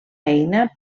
eina